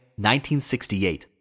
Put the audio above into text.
1968